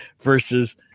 versus